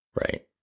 right